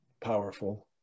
powerful